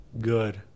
good